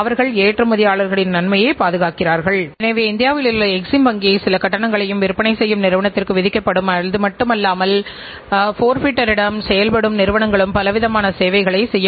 நிதி கணக்கியல் மற்றும் செலவு கணக்கியல் ஆகியவற்றின் அடிப்படை கோட்பாடுகள் ஆகிய திட்டச் செலவும் விளிம்புநிலை அடக்கவியல் ஆகியவற்றோடு கூடிய செயல் சார் செலவின விஷயங்களை நாம் பார்த்தோம்